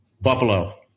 Buffalo